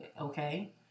Okay